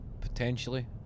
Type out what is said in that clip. Potentially